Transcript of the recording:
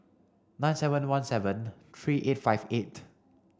nine seven one seven three eight five eight